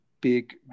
big